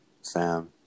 Sam